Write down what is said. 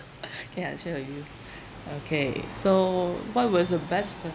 K I try to use okay so what was the best